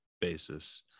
basis